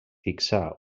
fixà